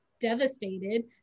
devastated